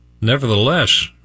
nevertheless